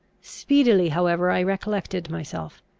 speedily however i recollected myself.